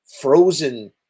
frozen